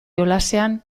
jolasean